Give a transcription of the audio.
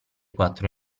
quattro